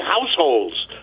households